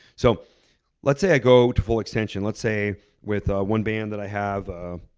so let's say i go to full extension. let's say with ah one band that i have, ah